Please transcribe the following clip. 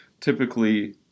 typically